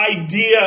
idea